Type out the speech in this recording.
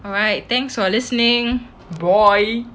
alright thanks for listening bye